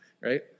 right